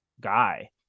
guy